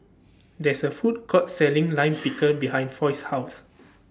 There IS A Food Court Selling Lime Pickle behind Foy's House